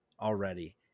already